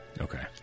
Okay